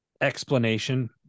explanation